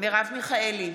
מרב מיכאלי,